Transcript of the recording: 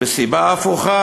מהסיבה ההפוכה,